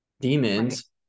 Demons